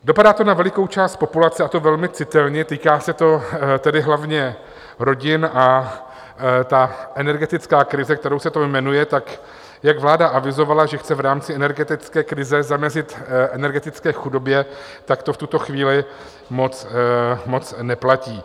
Dopadá to na velikou část populace, a to velmi citelně, týká se to tedy hlavně rodin a ta energetická krize, jak se to jmenuje, tak jak vláda avizovala, že chce v rámci energetické krize zamezit energetické chudobě, tak to v tuto chvíli moc neplatí.